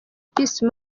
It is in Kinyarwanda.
peace